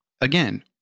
Again